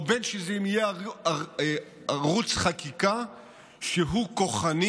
ובין שזה יהיה ערוץ חקיקה שהוא כוחני